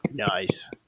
nice